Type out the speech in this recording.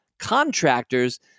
contractors